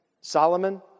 Solomon